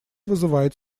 вызывает